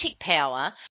power